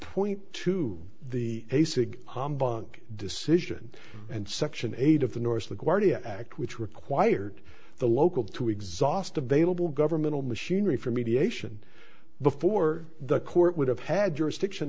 point to the basic bank decision and section eight of the norse the guardia act which required the local to exhaust available governmental machinery for mediation before the court would have had jurisdiction